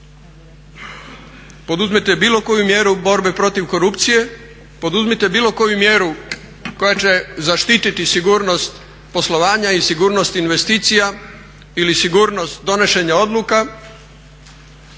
Poduzmite bilo koju mjeru borbe protiv korupcije, poduzmite bilo koju mjeru koja će zaštititi sigurnost poslovanja i sigurnost investicija ili sigurnost donošenja odluka,